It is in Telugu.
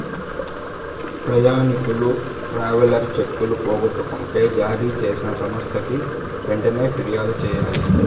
ప్రయాణికులు ట్రావెలర్ చెక్కులు పోగొట్టుకుంటే జారీ చేసిన సంస్థకి వెంటనే ఫిర్యాదు చెయ్యాలి